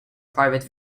private